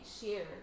share